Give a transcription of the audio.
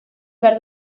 behar